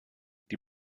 die